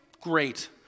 Great